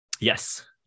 Yes